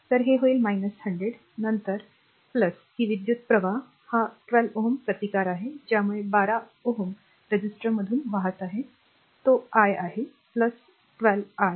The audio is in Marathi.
तर ते होईल १०० नंतर r ही विद्युत् प्रवाह हा १२ Ω प्रतिकार आहे ज्यामुळे १२ ओहम रेझिस्टरमधून प्रवाह वाहतो तो i आहे १२ i